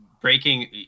breaking